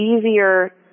easier